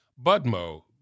Budmo